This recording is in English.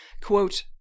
quote